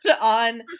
on